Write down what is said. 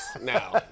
now